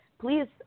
please